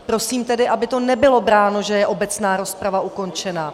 Prosím tedy, aby to nebylo bráno, že je obecná rozprava ukončena.